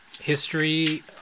history